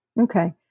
Okay